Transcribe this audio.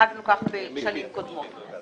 נהגנו בשנים קודמות.